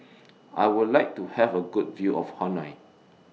I Would like to Have A Good View of Hanoi